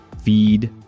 feed